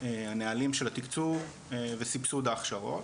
הנהלים של התקצוב וסבסוד ההכשרות,